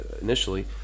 initially